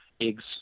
eggs